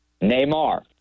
Neymar